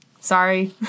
sorry